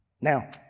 Now